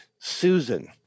Susan